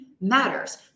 matters